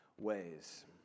ways